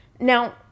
Now